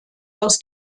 aus